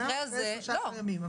אומנם אחרי --- ימים,